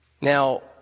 Now